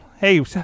Hey